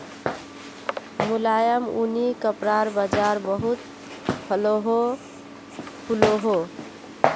मुलायम ऊनि कपड़ार बाज़ार बहुत फलोहो फुलोहो